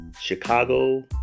Chicago